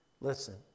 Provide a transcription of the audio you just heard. Listen